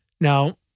now